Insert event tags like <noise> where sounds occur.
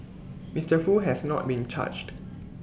<noise> Mister Foo has not been charged